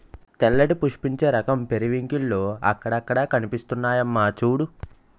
తెల్లటి పుష్పించే రకం పెరివింకిల్లు అక్కడక్కడా కనిపిస్తున్నాయమ్మా చూడూ